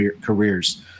careers